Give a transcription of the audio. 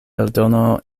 eldono